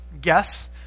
guess